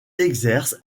exerce